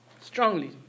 Strongly